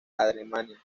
alemania